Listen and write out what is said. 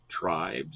Tribes